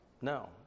No